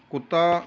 ਕੁੱਤਾ